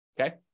okay